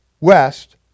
west